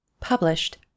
Published